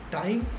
time